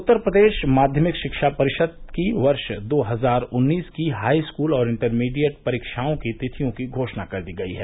उत्तर प्रदेश माध्यमिक शिक्षा परिषद की वर्ष दो हज़ार उन्नीस की हाईस्कूल और इंटरमीडिएट परीक्षाओं की तिथियों की घोषणा कर दी गई है